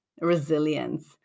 resilience